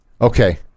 Okay